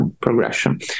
progression